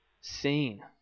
seen